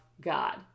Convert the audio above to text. God